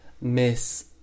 Miss